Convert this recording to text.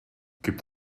gibt